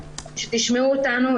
שתשמעו אותנו.